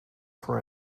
for